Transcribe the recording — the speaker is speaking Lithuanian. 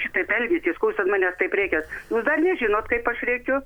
šitaip elgiatės ko jūs ant manęs taip rėkiat jūs dar nežinot kaip aš rėkiu